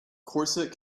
corset